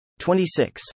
26